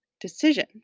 decision